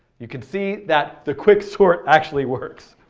you can see that the quicksort actually works.